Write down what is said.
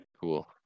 Cool